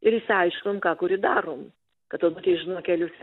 ir išsiaiškinom ką kuri darom kad onutė žino kelius